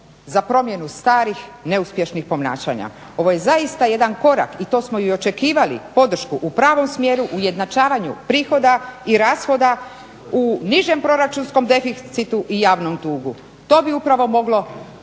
za promjenu starih, neuspješnih ponašanja. Ovo je zaista jedan korak i to smo i očekivali, podršku u pravom smjeru u ujednačavanju prihoda i rashoda u nižem proračunskom deficitu i javnom dugu. To bi upravo moglo